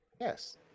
Yes